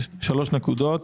שלוש נקודות.